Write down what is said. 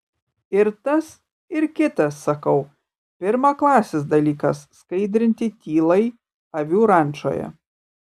ir tas ir kitas sakau pirmaklasis dalykas skaidrinti tylai avių rančoje